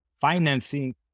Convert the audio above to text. financing